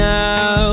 now